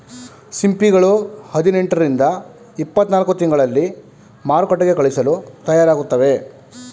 ಸಿಂಪಿಗಳು ಹದಿನೆಂಟು ರಿಂದ ಇಪ್ಪತ್ತನಾಲ್ಕು ತಿಂಗಳಲ್ಲಿ ಮಾರುಕಟ್ಟೆಗೆ ಕಳಿಸಲು ತಯಾರಾಗುತ್ತವೆ